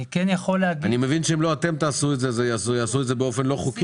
אני מבין שאם אתם לא תעשו את זה אז יעשו את זה באופן לא חוקי.